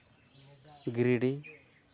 Giridih